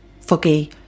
foggy